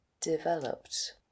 developed